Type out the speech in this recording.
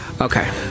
Okay